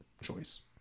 choice